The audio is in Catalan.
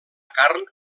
carn